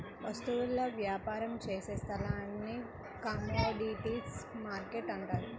వస్తువుల వ్యాపారం చేసే స్థలాన్ని కమోడీటీస్ మార్కెట్టు అంటారు